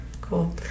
Cool